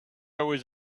was